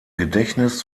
gedächtnis